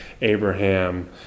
Abraham